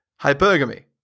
hypergamy